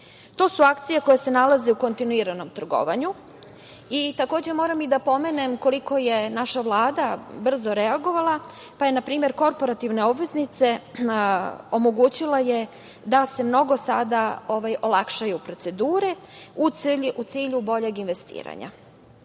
To su akcije koje se nalaze u kontinuiranom trgovanju i takođe moram da pomenem koliko je naša Vlada brzo reagovala pa je, na primer korporativne obveznice, omogućila da se mnogo olakšaju procedure u cilju boljeg investiranja.